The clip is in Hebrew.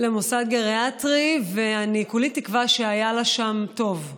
למוסד גריאטרי, ואני כולי תקווה שהיה לה שם טוב.